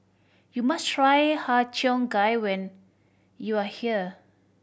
you must try Har Cheong Gai when you are here